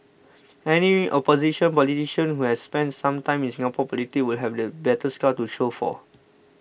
any opposition politician who has spent some time in Singapore politics will have the battle scars to show for